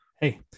Hey